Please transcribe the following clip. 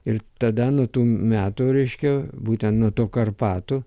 ir tada nuo tų metų reiškia būtent nuo to karpatų